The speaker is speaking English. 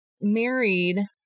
married